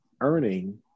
earning